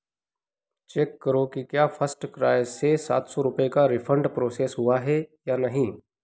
check करो की क्या फर्स्ट क्राय से सात सौ रुपये का रिफ़ंड प्रोसेस हुआ है या नहीं